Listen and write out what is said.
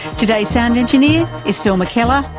today's sound engineer is phil mckellar,